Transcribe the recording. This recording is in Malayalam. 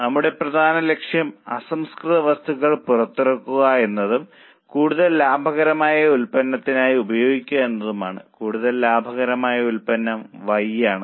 നമ്മുടെ പ്രധാന ലക്ഷ്യം അസംസ്കൃത വസ്തുക്കൾ പുറത്തിറക്കുകയും കൂടുതൽ ലാഭകരമായ ഉൽപ്പന്നത്തിനായി ഉപയോഗിക്കുകയും ചെയ്യുന്നതിനാൽ കൂടുതൽ ലാഭകരമായ ഉൽപ്പന്നം Y ആണ്